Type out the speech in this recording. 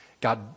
God